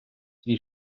свій